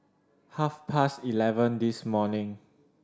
half past eleven this morning